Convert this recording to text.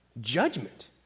Judgment